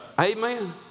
Amen